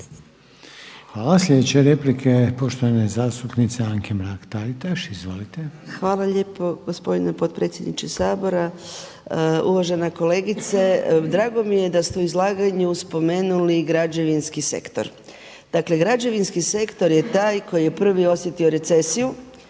Hvala. Sljedeća replika je poštovane zastupnice Anke Mrak-Taritaš. Izvolite. **Mrak-Taritaš, Anka (HNS)** Hvala lijepo gospodine potpredsjedniče Sabora. Uvažena kolegice, drago mi je da ste u izlaganju spomenuli građevinski sektor. Dakle, građevinski sektor je taj koji je prvi osjetio recesiju.